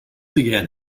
began